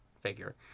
figure